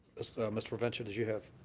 mr. provancha, did you have